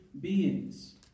beings